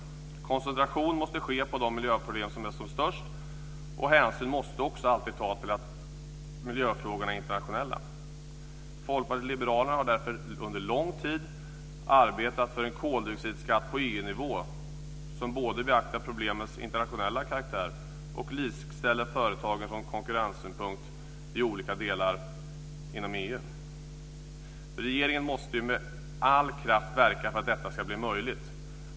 Koncentration måste ske på de miljöproblem som är som störst, och hänsyn måste också alltid tas till att miljöfrågorna är internationella. Folkpartiet liberalerna har därför under lång tid arbetat för en koldioxidskatt på EU-nivå som både beaktar problemens internationella karaktär och likställer företagen ur konkurrenssynpunkt i olika delar inom EU. Regeringen måste med all kraft verka för att detta ska bli möjligt.